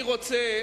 אני רוצה